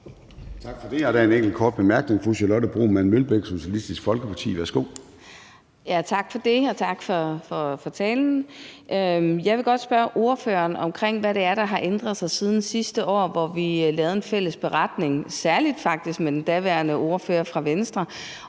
Tak for det. Der er en enkelt kort bemærkning fra fru Charlotte Broman Mølbæk, Socialistisk Folkeparti. Værsgo. Kl. 10:38 Charlotte Broman Mølbæk (SF): Tak for det. Og tak for talen. Jeg vil godt spørge ordføreren, hvad det er, der har ændret sig siden sidste år, hvor vi lavede en fælles beretning, faktisk særlig med den daværende ordfører fra Venstre,